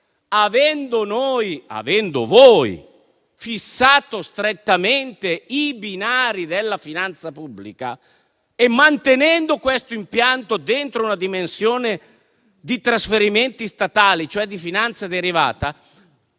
quale voi avete fissato strettamente i binari della finanza pubblica e mantenendo questo impianto dentro una dimensione di trasferimenti statali, cioè di finanza derivata?